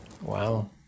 wow